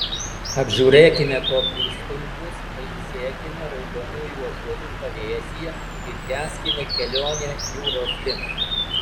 apžiūrėkime koplytstulpius pailsėkime raudonųjų ąžuolų pavėsyje ir tęskime kelionę jūros link